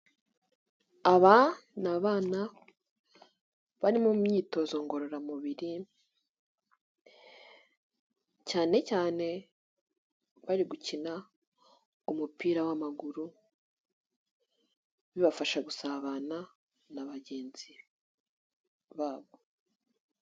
Aba ni abana bari mu myitozo ngororamubiri cyane cyane bari gukina umupira w'amaguru, bibafasha gusabana na bagenzi babo.